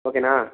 ఒకేనా